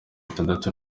itandatu